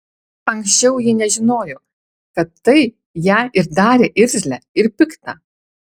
anksčiau ji nežinojo kad tai ją ir darė irzlią ir piktą